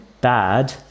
bad